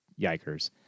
yikers